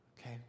okay